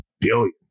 billion